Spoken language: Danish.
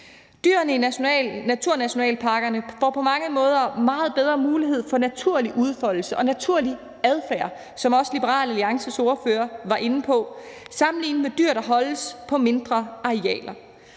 Dyrene i naturnationalparkerne får på mange måder meget bedre mulighed for naturlig udfoldelse og naturlig adfærd, som også Liberal Alliances ordfører var inde på, sammenlignet med dyr, der holdes på mindre arealer.